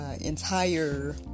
entire